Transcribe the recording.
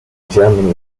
germany